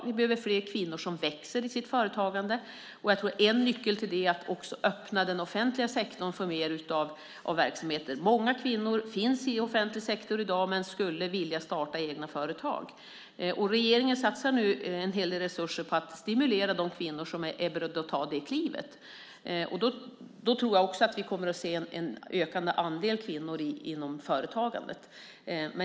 Vi behöver fler kvinnor som växer i sitt företagande. En nyckel till det tror jag är att öppna den offentliga sektorn för mer av den verksamheten. Många kvinnor finns i offentlig sektor men skulle vilja starta egna företag. Regeringen satsar nu en hel del resurser på att stimulera de kvinnor som är beredda att ta det klivet. Jag tror att vi kommer att se en ökande andel kvinnor inom företagande.